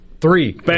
Three